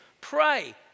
Pray